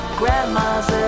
grandmas